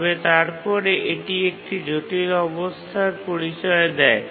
তবে তারপরে এটি একটি জটিল অবস্থার পরিচয় দেয়